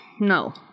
No